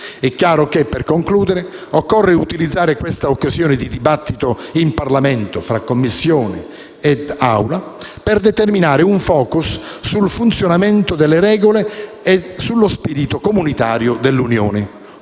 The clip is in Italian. è chiaro che occorre utilizzare questa occasione di dibattito in Parlamento, fra Commissione ed Assemblea, per determinare un *focus* sul funzionamento delle regole e sullo spirito comunitario dell'Unione.